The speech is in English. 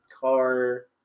car